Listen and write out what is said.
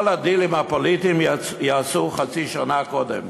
כל הדילים הפוליטיים ייעשו חצי שנה קודם,